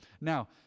Now